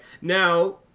Now